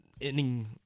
ending